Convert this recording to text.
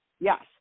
Yes